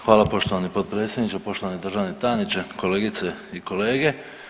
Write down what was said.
Hvala poštovani potpredsjedniče, poštovani državni tajniče, kolegice i kolege.